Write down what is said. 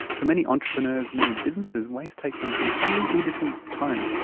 for many entrepreneurs, many businesses, waste takes on a completely different tone.